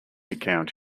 account